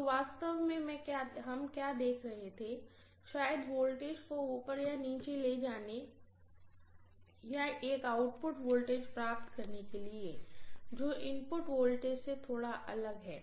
तो वास्तव में क्या देख रहे थे शायद वोल्टेज को ऊपर या नीचे ले जाने या एक आउटपुट वोल्टेज प्राप्त करने के लिए जो इनपुट वोल्टेज से थोड़ा अलग है